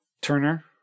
Turner